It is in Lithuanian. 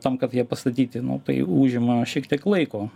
tam kad ją pastatyti nu tai užima šiek tiek laiko